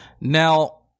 Now